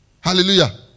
Hallelujah